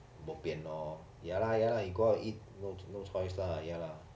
bo pian lor ya lah ya lah you go out eat no no choice lah ya lah